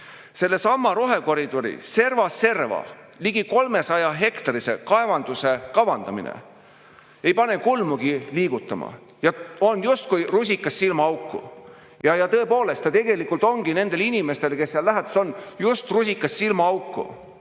Sellesama rohekoridori servast serva ligi 300‑hektarilise kaevanduse kavandamine ei pane kulmugi liigutama ja on justkui rusikas silmaauku. Ja tõepoolest, ta tegelikult ongi nendele inimestele, kes seal läheduses on, just rusikas silmaauku.